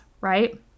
Right